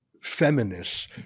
feminists